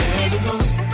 animals